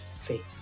fake